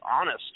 honest